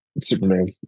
Superman